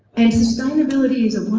and sustainability is a